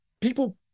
people